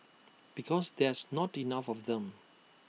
because there's not enough of them